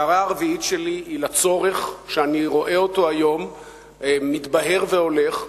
ההערה הרביעית שלי היא לצורך שאני רואה אותו היום מתבהר והולך,